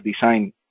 design